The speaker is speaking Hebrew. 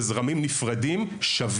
בזרמים שונים,